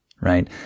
right